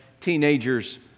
teenager's